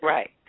Right